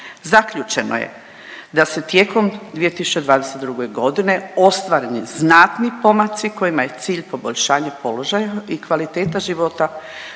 Zaključeno je da se tijekom 2022.g. ostvareni znatni pomaci kojima je cilj poboljšanje položaja i kvaliteta života